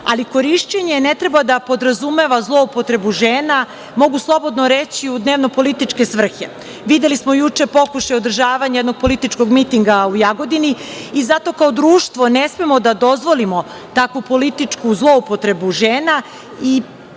ali korišćenje ne treba da podrazumeva zloupotrebu žena, mogu slobodno reći u dnevno-političke svrhe. Videli smo juče pokušaj održavanja jednog političkog mitinga u Jagodini i zato kao društvo ne smemo da dozvolimo takvu političku zloupotrebu žena.